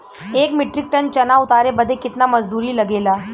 एक metric tonne चना उतारे बदे कितना मजदूरी लगे ला?